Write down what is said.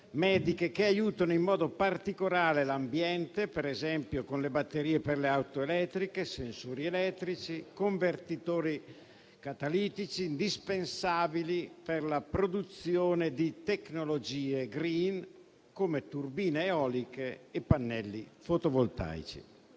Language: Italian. che aiutano specialmente l'ambiente, per esempio con le batterie per le auto elettriche, i sensori elettrici, i convertitori catalitici indispensabili per la produzione di tecnologie *green*, come turbine eoliche e pannelli fotovoltaici.